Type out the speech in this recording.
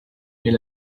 est